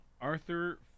Arthur